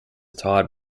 tied